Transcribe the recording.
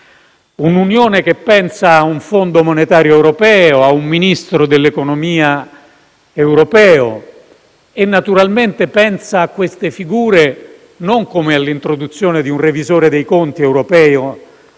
Un'Unione che pensa ad un Fondo monetario europeo e ad un Ministro dell'economia europeo e naturalmente pensa a queste figure non come all'introduzione di un revisore dei conti europeo